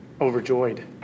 overjoyed